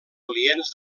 clients